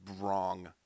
Wrong